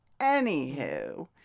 Anywho